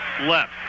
left